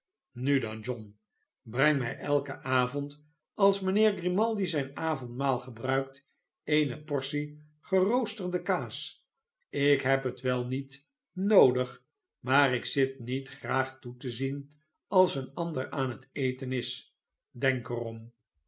nu dan john breng mij elken avond als mijnheer grimaldi zijn avondmaal gebruikt eene portie geroosterde kaas ik heb het wel niet noodig maar ik zit niet graag toe te zien als een ander aan het eten is denk er